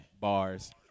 Bars